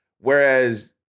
whereas